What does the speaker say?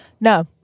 No